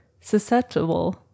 susceptible